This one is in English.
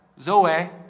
Zoe